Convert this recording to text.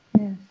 Yes